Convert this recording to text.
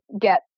get